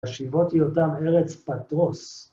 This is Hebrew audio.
‫השיבו אותם ארץ פטרוס.